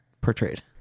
portrayed